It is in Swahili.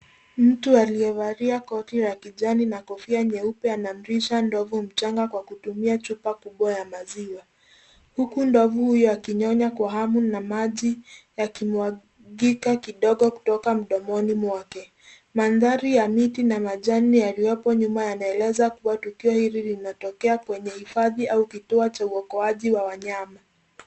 Mtu aliyevalia koti ya kijani na kofia nyeupe anamlisha ndovu mchanga kwa kutumia chupa kubwa ya maziwa. Huku, ndovu huyo akinyonya kwa hamu na maji yakimwagika kidogo kutoka mdomoni mwake. Mandhari ya miti na majani yaliyopo nyuma yanaeleza kuwa tukio hili linatokea kwenye hifadhi au kituo cha uokoaji wa wanyama.